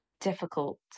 difficult